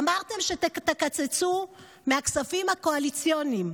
אמרתם שתקצצו מהכספים הקואליציוניים